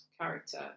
character